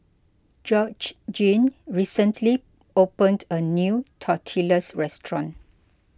Georgene recently opened a new Tortillas restaurant